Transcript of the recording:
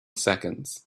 seconds